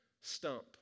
stump